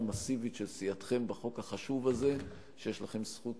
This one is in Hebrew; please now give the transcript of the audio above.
מסיבית של סיעתכם בחוק החשוב הזה שיש לכם זכות